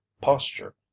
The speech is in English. posture